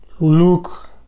look